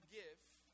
give